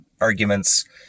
arguments